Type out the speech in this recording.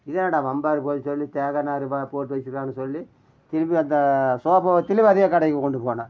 இது என்னடா வம்பாருக்குன்னு சொல்லி தேங்காய் நாறு போட்டு வச்சுருக்காங்கன்னு சொல்லி திரும்பி அந்த சோபாவை திருப்பி அதே கடைக்கு கொண்டு போனேன்